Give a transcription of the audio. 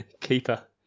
Keeper